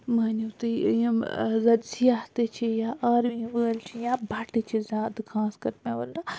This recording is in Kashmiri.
مہنیو تہٕ یِم زن سیاح تہِ چھِ یا آرمی وٲلۍ چھِ یا بَٹہ چھِ زیادٕ خاص کَر مےٚ ووٚن نہ اتھ چھُ ہیٚرِ